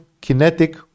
kinetic